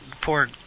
poor